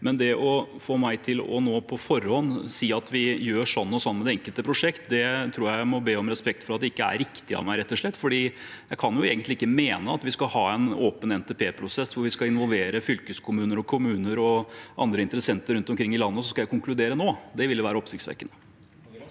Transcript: det å få meg til å si nå på forhånd at vi gjør sånn og sånn med de enkelte prosjektene, tror jeg at jeg må be om respekt for at det ikke er riktig av meg, rett og slett, for jeg kan egentlig ikke mene at vi skal ha en åpen NTP-prosess hvor vi skal involvere fylkeskommuner og kommuner og andre interessenter rundt omkring i landet, og så skal jeg konkludere nå. Det ville være oppsiktsvekkende.